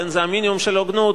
זה מינימום של הוגנות,